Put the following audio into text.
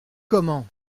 comment